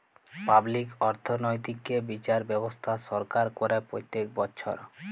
public অর্থনৈতিক্যে বিচার ব্যবস্থা সরকার করে প্রত্যক বচ্ছর